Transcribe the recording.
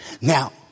Now